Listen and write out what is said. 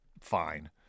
fine